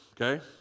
okay